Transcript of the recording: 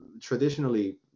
traditionally